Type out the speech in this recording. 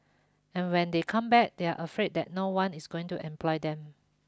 and when they come back they are afraid that no one is going to employ them